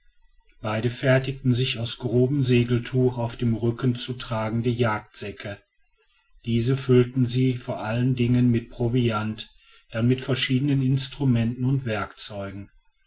beide fertigten sich aus grobem segeltuch auf dem rücken zu tragende jagdsäcke diese füllten sie vor allen dingen mit proviant dann mit verschiedenen instrumenten und werkzeugen